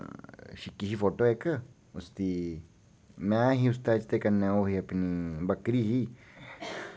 छिक्की ही फोटो इक उसदी मैंह् ही उसदे च ते कन्नै ओह् ही अपनी बक्करी